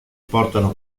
portano